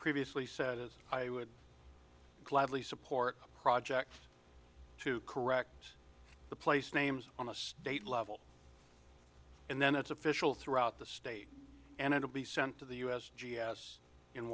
previously said is i would gladly support a project to correct the place names on a state level and then it's official throughout the state and it will be sent to the u s g s in